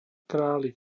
králik